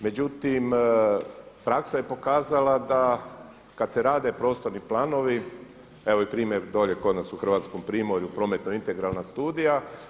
Međutim, praksa je pokazala da kad se rade prostorni planovi, evo i primjer dole kod nas u hrvatskom primjeru, prometno-integralna studija.